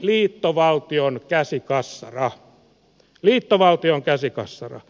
euro oli liittovaltion käsikassara